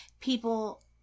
people